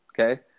okay